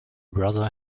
brother